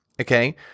okay